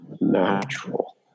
natural